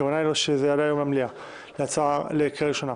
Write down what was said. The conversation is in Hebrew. הכוונה היא שזה יעלה היום למליאה לקריאה ראשונה.